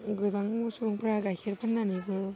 गोबां मोसौफ्रा गाइखेर फान्नानैबो